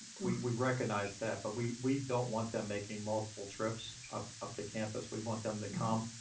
we we recognize that, but we we don't want them making multiple trips up up to campus. we want them to come.